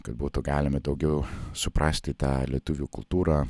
kad būtų galima daugiau suprasti tą lietuvių kultūrą